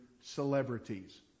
celebrities